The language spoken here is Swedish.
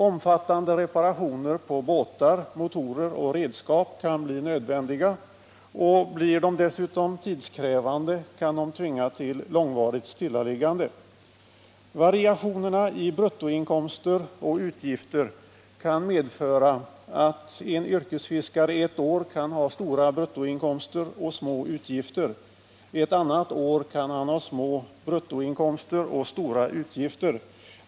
Omfattande reparationer på båtar, motorer och redskap kan bli nödvändiga. Blir de dessutom tidskrävande kan de medföra ett långvarigt stillaliggande. Variationerna i bruttoinkomster och utgifter kan medföra att en yrkesfiskare ett år kan ha stora bruttoinkomster och små utgifter, medan han ett annat år kan ha små bruttoinkomster och stora utgifter.